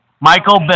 Michael